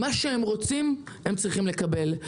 מה שהם רוצים הם צריכים לקבל.